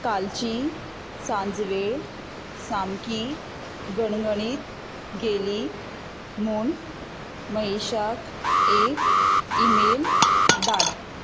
कालची सांजवेळ सामकी गणगणीत गेली म्हूण महेशाक एक ईमेल धाड